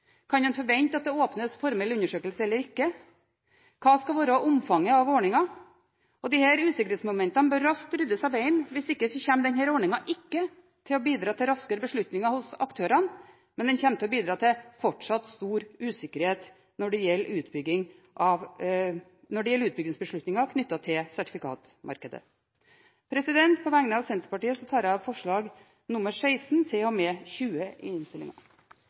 åpnes formelle undersøkelser, eller ikke? Hva skal være omfanget av ordningen? Disse usikkerhetsmomentene bør raskt ryddes av veien. Hvis ikke kommer denne ordningen ikke til å bidra til raskere beslutninger hos aktørene, men den kommer til å bidra til fortsatt stor usikkerhet når det gjelder utbyggingsbeslutninger knyttet til sertifikatmarkedet. På vegne av Senterpartiet tar jeg opp forslagene nr. 16–20 i innstillingen. Representanten Marit Arnstad har tatt opp de forslagene hun refererte til. Det blir replikkordskifte. Senterpartiet bruker mye plass til rovdyr i